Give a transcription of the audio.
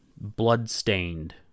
bloodstained